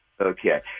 Okay